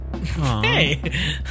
Hey